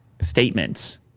statements